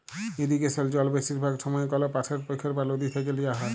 ইরিগেসলে জল বেশিরভাগ সময়ই কল পাশের পখ্ইর বা লদী থ্যাইকে লিয়া হ্যয়